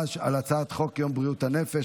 יום בריאות הנפש,